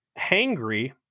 hangry